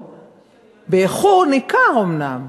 באיחור ניכר אומנם,